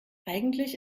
eigentlich